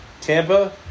Tampa